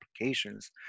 applications